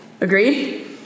Agreed